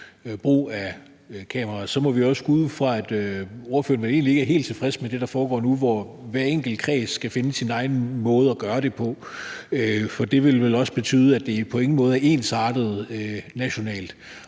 brug af kameraer, så må vi også gå ud fra, at ordføreren egentlig ikke er helt tilfreds med det, der foregår nu, hvor hver enkelt kreds skal finde sin egen måde at gøre det på. For det vil vel også betyde, at det på ingen måde er ensartet nationalt,